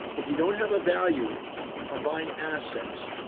if you don't have a value on buying assets,